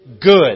good